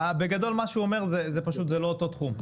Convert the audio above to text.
בגדול מה שהוא אומר זה פשוט שזה לא אותו התחום.